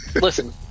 listen